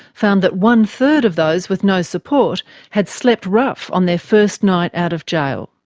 found that one-third of those with no support had slept rough on their first night out of jail.